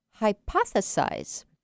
hypothesize